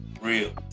real